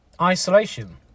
isolation